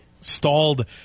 stalled